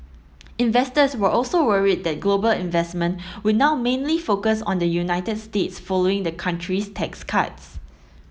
investors were also worried that global investment would now mainly focused on the United States following the country's tax cuts